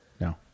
No